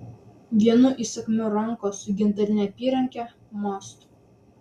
vienu įsakmiu rankos su gintarine apyranke mostu